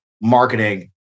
marketing